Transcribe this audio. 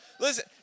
Listen